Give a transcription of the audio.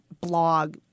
blog